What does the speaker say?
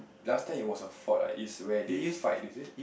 last time it was a fort like is where they fight is it